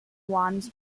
once